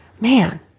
Man